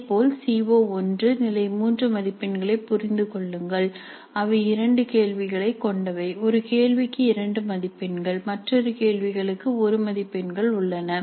இதேபோல் சி ஓ1 நிலை 3 மதிப்பெண்களைப் புரிந்து கொள்ளுங்கள் அவை இரண்டு கேள்விகளைக் கொண்டவை ஒரு கேள்விக்கு 2 மதிப்பெண்கள் மற்றொரு கேள்விகளுக்கு 1 மதிப்பெண்கள் உள்ளன